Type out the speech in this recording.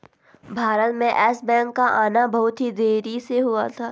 भारत में Yes Bank का आना बहुत ही देरी से हुआ था